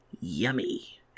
yummy